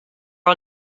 are